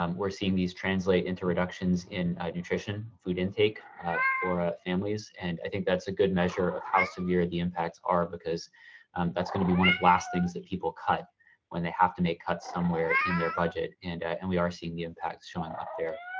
um we're seeing these translate into reductions in nutrition, food intake for families. and i think that's a good measure of how severe the impacts are because that's gonna be one of last things that people cut when they have to make cuts somewhere in their budget. and and we are seeing the impact showing up there.